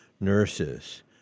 nurses